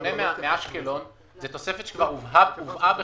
בשונה מאשקלון, זו תוספת שכבר הובאה בחשבון.